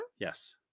Yes